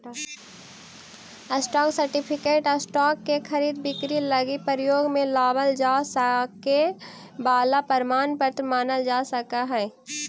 stock certificate stock के खरीद बिक्री लगी प्रयोग में लावल जा सके वाला प्रमाण पत्र मानल जा सकऽ हइ